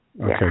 Okay